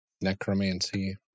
necromancy